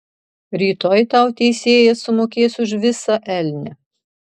rytoj tau teisėjas sumokės už visą elnią